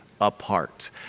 apart